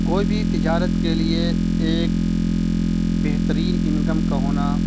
کوئی بھی تجارت کے لیے ایک بہترین انکم کا ہونا